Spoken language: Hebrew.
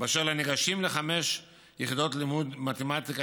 אשר לניגשים לחמש יחידות לימוד במתמטיקה,